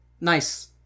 nice